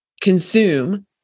consume